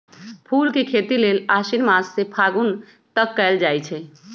फूल के खेती लेल आशिन मास से फागुन तक कएल जाइ छइ